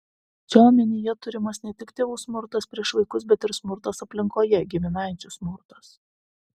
čia omenyje turimas ne tik tėvų smurtas prieš vaikus bet ir smurtas aplinkoje giminaičių smurtas